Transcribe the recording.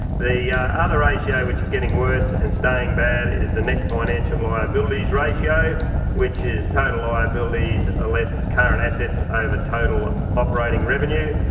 the other ratio which is getting worse and staying bad is the net financial liabilities ratio which is total liabilities ah less current assets over total operating revenue.